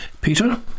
Peter